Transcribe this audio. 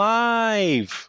live